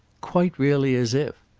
quite really as if!